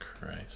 Christ